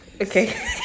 okay